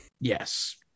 yes